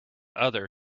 other